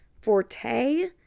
forte